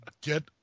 Get